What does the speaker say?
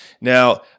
Now